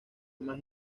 más